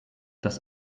das